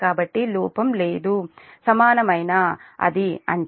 కాబట్టి లోపం లేదు అంటే సమానమైన అది 0